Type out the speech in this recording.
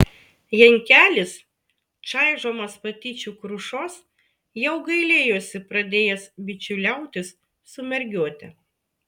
jankelis čaižomas patyčių krušos jau gailėjosi pradėjęs bičiuliautis su mergiote